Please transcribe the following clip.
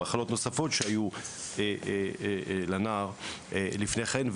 מחלות נוספות שהיו לנער לפני כן,